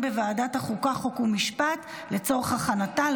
לוועדת החוקה, חוק ומשפט נתקבלה.